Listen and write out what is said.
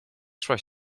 szłaś